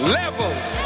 levels